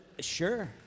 Sure